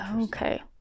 okay